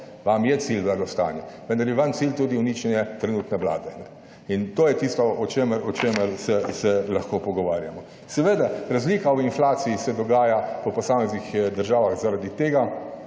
Vam je cilj blagostanje, vendar je vam cilj tudi uničenje trenutne Vlade in to je tisto o čemer se lahko pogovarjamo. Seveda razlika v inflaciji se dogaja po posameznih državah, zaradi tega,